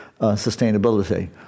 sustainability